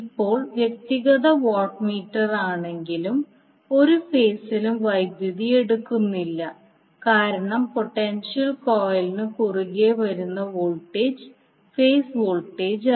ഇപ്പോൾ വ്യക്തിഗത വാട്ട് മീറ്ററിലാണെങ്കിലും ഒരു ഫേസിലും വൈദ്യുതി എടുക്കുന്നില്ല കാരണം പൊട്ടൻഷ്യൽ കോയിലിനു കുറുകെ വരുന്ന വോൾട്ടേജ് ഫേസ് വോൾട്ടേജല്ല